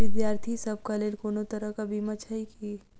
विद्यार्थी सभक लेल कोनो तरह कऽ बीमा छई की?